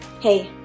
Hey